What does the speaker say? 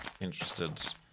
interested